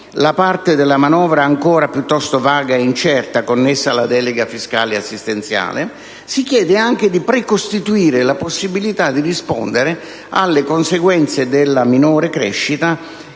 la parte della manovra, ancora piuttosto vaga ed incerta, connessa alla delega fiscale ed assistenziale e di precostituire la possibilità di rispondere alle conseguenze della minore crescita